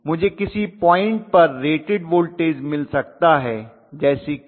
मुझे किसी पॉइंट पर रेटेड वोल्टेज मिल सकता है जैसे कि यह